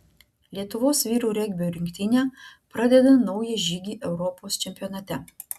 lietuvos vyrų regbio rinktinė pradeda naują žygį europos čempionate